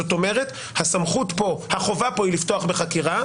זאת אומרת החובה פה היא לפתוח בחקירה,